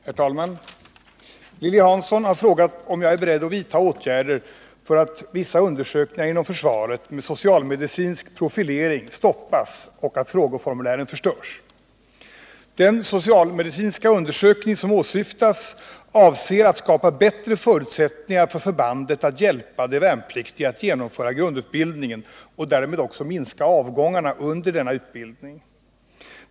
Herr talman! Lilly Hansson har frågat om jag är beredd att vidta åtgärder för att vissa undersökningar inom försvaret med socialmedicinsk profilering stoppas och att frågeformulären förstörs. Den socialmedicinska undersökning som åsyftas avser att skapa bättre förutsättningar för förbandet att hjälpa de värnpliktiga att genomföra grundutbildningen och därmed också minska avgångarna under utbildningen.